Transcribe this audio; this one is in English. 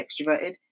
extroverted